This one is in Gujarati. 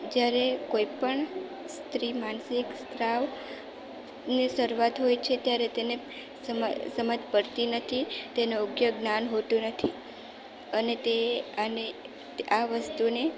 જ્યારે કોઈપણ સ્ત્રી માનસિક સ્ત્રાવ ની શરૂઆત હોય છે ત્યારે તેને સમ સમજ પડતી નથી તેને યોગ્ય જ્ઞાન હોતું નથી અને તે અને આને આ વસ્તુને